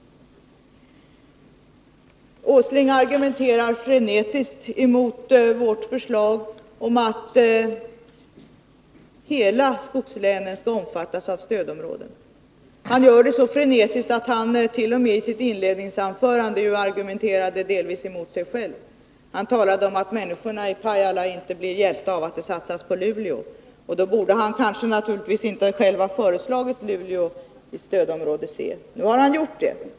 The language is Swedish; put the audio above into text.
Nils Åsling argumenterade frenetiskt mot vårt förslag att hela skogslänen skall ingå i stödområden. Han gjorde det så frenetiskt att han i sitt inledningsanförande t.o.m. argumenterade delvis mot sig själv. Han talade om att människorna i Pajala inte blir hjälpta av att det satsas på Luleå. Då borde han naturligtvis inte själv ha föreslagit Luleå i stödområde C. Nu har han gjort det.